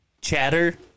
chatter